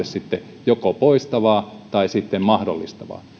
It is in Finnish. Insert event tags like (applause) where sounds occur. (unintelligible) sitten lainsäädäntöä joko poistavaa tai mahdollistavaa